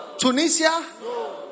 Tunisia